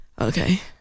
okay